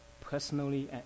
personally